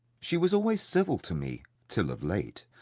she was always civil to me, till of late.